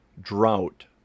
drought